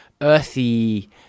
earthy